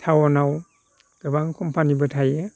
टाउनाव गोबां कम्पानिबो थायो